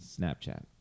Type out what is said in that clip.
Snapchat